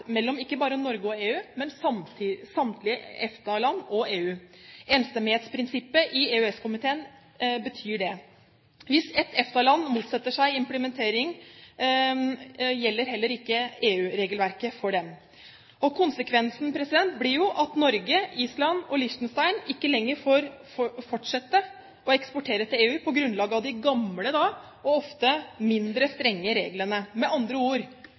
mellom Norge og EU, men samtlige EFTA-land og EU. Enstemmighetsprinsippet i EØS-komiteen innebærer dette. Hvis ett EFTA-land motsetter seg, implementeres heller ikke EU-regelverket for dem. Konsekvensen blir at Norge, Island og Liechtenstein ikke lenger får fortsette å eksportere til EU på grunnlag av de gamle og ofte mindre strenge reglene. Med andre ord,